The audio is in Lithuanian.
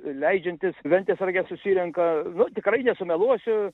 leidžiantis ventės rage susirenka nu tikrai nesumeluosiu